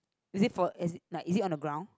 is it for as in like is it on the ground